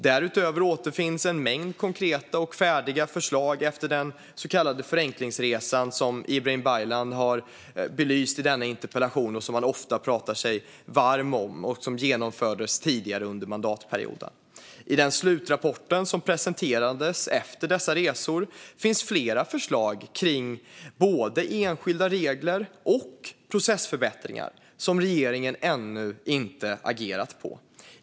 Därutöver återfinns en mängd konkreta och färdiga förslag efter den så kallade Förenklingsresan som Ibrahim Baylan har belyst i denna interpellation. Han pratar sig ofta varm om den resan som genomfördes tidigare under mandatperioden. I den slutrapport som presenterades efter denna resa finns flera förslag kring både enskilda regler och processförbättringar som regeringen ännu inte har agerat på.